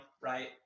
right